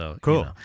Cool